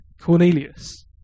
Cornelius